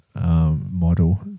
model